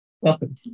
Welcome